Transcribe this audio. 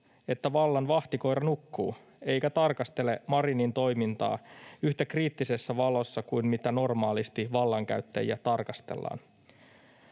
että vallan vahtikoira nukkuu eikä tarkastele Marinin toimintaa yhtä kriittisessä valossa kuin missä normaalisti vallankäyttäjiä tarkastellaan.